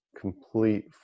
complete